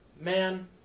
Man